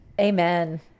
amen